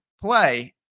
play